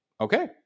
okay